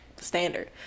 standard